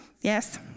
Yes